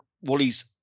Wally's